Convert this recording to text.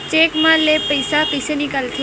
Cheque म ले पईसा कइसे निकलथे?